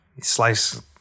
Slice